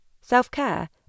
Self-care